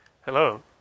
Hello